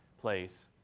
place